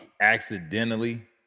accidentally